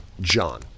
John